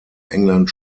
england